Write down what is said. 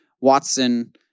Watson